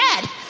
dead